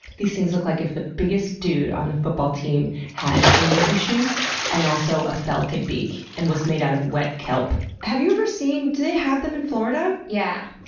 these things look like if the biggest dude on the football team had anger issues and also a falcon beak, and was made out of wet kelp. have you ever seen. do they have them in florida? yeah.